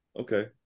Okay